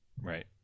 Right